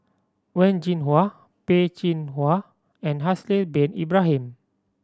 Wen Jinhua Peh Chin Hua and Haslir Bin Ibrahim